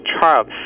child